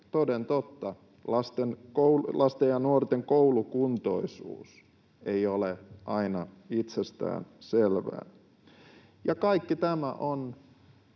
toden totta, lasten ja nuorten koulukuntoisuus ei ole aina itsestään selvää. Kaikki tämä on,